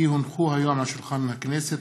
כי הונחו היום על שולחן הכנסת,